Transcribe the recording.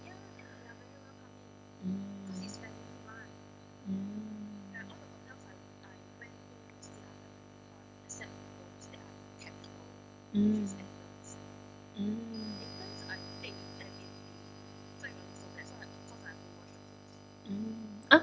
mm mm mm mm mm ah